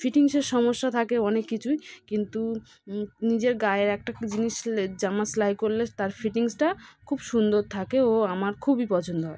ফিটিংসের সমস্যা থাকে অনেক কিছুই কিন্তু নিজের গায়ের একটা জিনিস কিনলে জামা সেলাই করলে তার ফিটিংসটা খুব সুন্দর থাকে ও আমার খুবই পছন্দ হয়